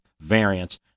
variance